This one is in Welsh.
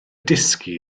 dysgu